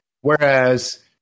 Whereas